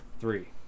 Three